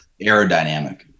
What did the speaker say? aerodynamic